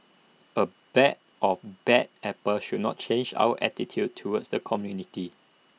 A bag of bad apples should not change our attitude towards the community